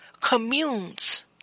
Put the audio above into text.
communes